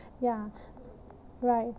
ya right